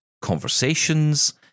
conversations